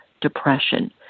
depression